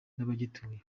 n’abagituye